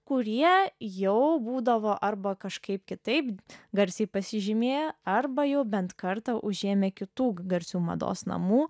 kurie jau būdavo arba kažkaip kitaip garsiai pasižymėję arba jau bent kartą užėmę kitų garsių mados namų